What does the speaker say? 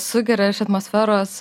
sugeria iš atmosferos